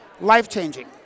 life-changing